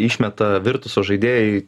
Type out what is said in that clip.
išmeta virtuso žaidėjai